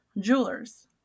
jewelers